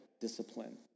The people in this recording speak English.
discipline